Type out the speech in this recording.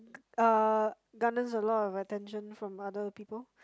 uh garners a lot of attention from other people